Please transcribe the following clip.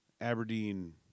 Aberdeen